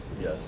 Yes